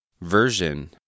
version